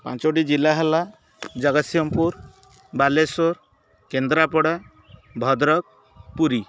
ପାଞ୍ଚଟି ଜିଲ୍ଲା ହେଲା ଜଗତସିଂହପୁର ବାଲେଶ୍ୱର କେନ୍ଦ୍ରାପଡ଼ା ଭଦ୍ରକ ପୁରୀ